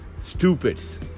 stupids